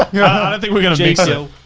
i don't think were' gonna so